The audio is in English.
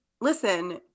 listen